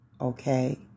Okay